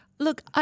Look